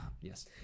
yes